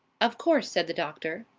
of course, said the doctor.